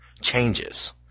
changes